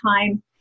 time